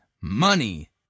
money